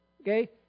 Okay